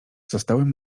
zostałem